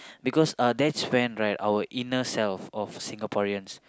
because our next friend right our inner self of Singaporeans